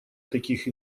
таких